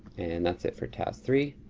and that's it for task three.